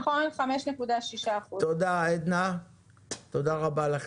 5.6%. תודה רבה לך.